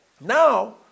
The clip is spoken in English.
now